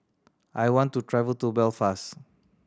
I want to travel to Belfast